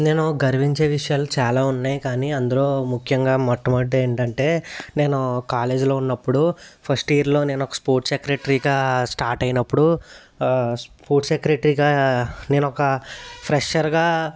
నేను గర్వించే విషయాలు చాలా ఉన్నాయి కానీ అందులో ముఖ్యంగా మొట్టమొదటి ఏంటంటే నేను కాలేజీలో ఉన్నప్పుడు ఫస్ట్ ఇయర్లో నేను ఒక స్పోర్ట్స్ సెక్రెటరీగా స్టార్ట్ అయినపుడు స్పోర్ట్స్ సెక్రెటరీగా నేనొక ఫ్రెషర్గా